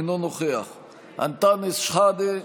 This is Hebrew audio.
אינו נוכח אנטאנס שחאדה,